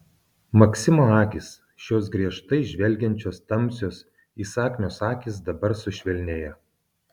maksimo akys šios griežtai žvelgiančios tamsios įsakmios akys dabar sušvelnėjo